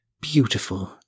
beautiful